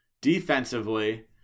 Defensively